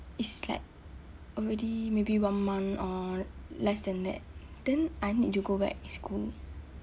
it's like already maybe one month or less than that then I need to go back school